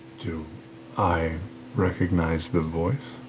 do i recognize the voice?